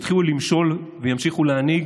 שיתחילו למשול וימשיכו להנהיג,